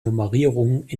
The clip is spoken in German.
nummerierung